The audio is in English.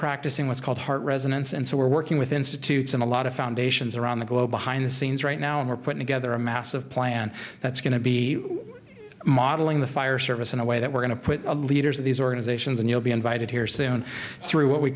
practicing what's called heart resonance and so we're working with institutes and a lot of foundations around the globe behind the scenes right now and we're putting together a massive plan that's going to be modeling the fire service in a way that we're going to put the leaders of these organizations and you'll be invited here soon through what we